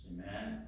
Amen